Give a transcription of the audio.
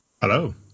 Hello